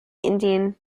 indian